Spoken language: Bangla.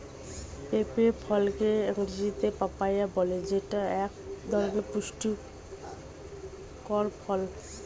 পেঁপে ফলকে ইংরেজিতে পাপায়া বলে যেইটা এক ধরনের পুষ্টিকর ফল